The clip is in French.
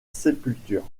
sépulture